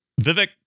Vivek